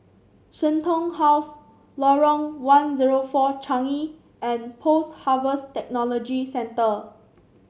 Shenton House Lorong one zero four Changi and Post Harvest Technology Centre